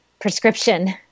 prescription